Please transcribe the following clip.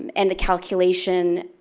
and the calculation